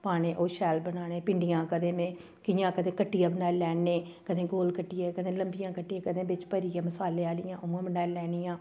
पाने ओह् शैल बनाने भिंडियां कदें में कि'यां कदें कट्टियै बनाई लैन्ने कंदे गोल कट्टियै कदें लम्बियां कट्टियै कदें बिच्च भरियै मसाले आह्लियां उ'आं बनाई लैनियां